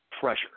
pressure